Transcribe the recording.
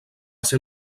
ser